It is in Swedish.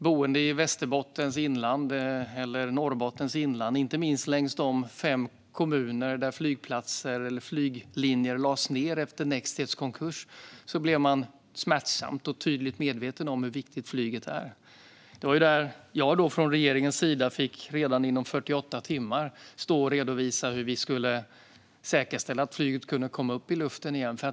Boende i Västerbottens inland eller i Norrbottens inland, inte minst i de fem kommuner där flygplatser eller flyglinjer lades ned efter Nextjets konkurs, blev smärtsamt och tydligt medvetna om hur viktigt flyget är. Jag fick, från regeringens sida, redan inom 48 timmar stå och redovisa hur vi skulle säkerställa att flyget kunde komma upp i luften igen.